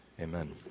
amen